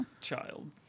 Child